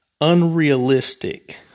unrealistic